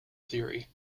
theory